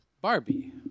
Barbie